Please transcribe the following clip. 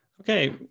Okay